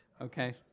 Okay